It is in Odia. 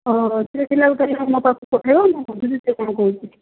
ହଁ ହଁ ପିଲାକୁ ଡାଇରେକ୍ଟ ମୋ ପାଖକୁ ପଠେଇବ ମୁଁ ବୁଝିବି କ'ଣ ହେଇଛି